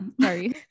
Sorry